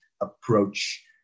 approach